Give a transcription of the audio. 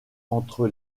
entre